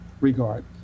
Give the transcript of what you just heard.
regard